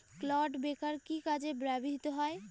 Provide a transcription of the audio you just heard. Clod breaker কি কাজে ব্যবহৃত হয়?